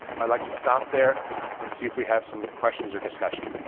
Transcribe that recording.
i like to stop there and see if we have some questions or discussion.